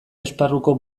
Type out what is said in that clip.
esparruko